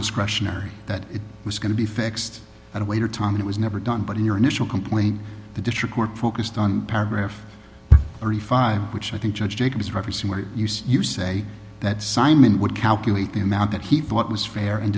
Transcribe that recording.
discretionary that it was going to be fixed at a later time it was never done but in your initial complaint the district court focused on paragraph thirty five which i think judge jacobs privacy where you use you say that simon would calculate the amount that he thought was fair and